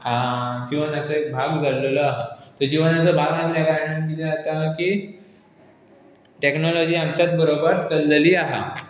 आं किंवां जिवनाचो एक भाग जाल्लेलो आसा तो जिवनाचो भाग आसल्या कारणान कितें जाता की टॅक्नोलॉजी आमच्याच बरोबर चललेली आसा